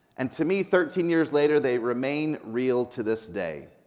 and to me thirteen years later, they remain real to this day.